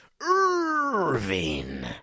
Irving